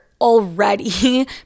Already